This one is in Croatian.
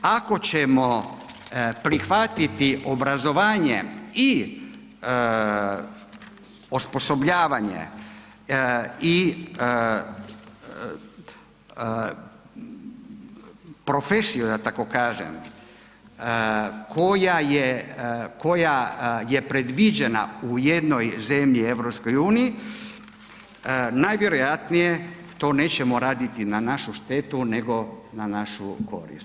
Ako ćemo prihvatiti obrazovanje i osposobljavanje i profesiju, da tako kažem, koja je predviđena u jednoj zemlji u EU, najvjerojatnije to nećemo raditi na našu štetu nego na našu korist.